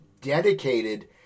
dedicated